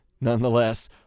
Nonetheless